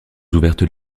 ouvertes